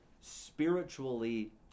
spiritually